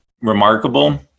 remarkable